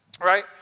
right